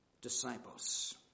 disciples